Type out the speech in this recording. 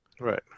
Right